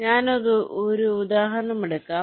ഞാനൊരു ഉദാഹരണമെടുക്കാം